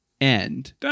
end